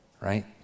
right